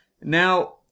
Now